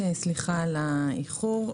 וסליחה על האיחור.